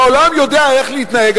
והעולם יודע איך להתנהג,